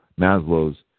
Maslow's